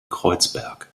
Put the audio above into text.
kreuzberg